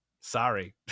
sorry